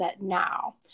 now